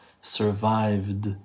survived